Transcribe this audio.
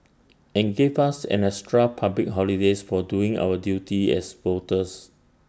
and give us an extra public holidays for doing our duty as voters